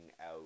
out